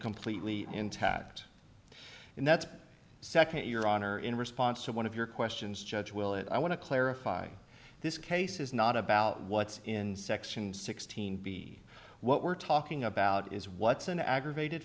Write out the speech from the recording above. completely intact and that's a second your honor in response to one of your questions judge will it i want to clarify this case is not about what's in section sixteen b what we're talking about is what's an aggravated